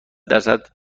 درصد